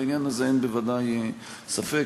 בעניין הזה בוודאי אין ספק,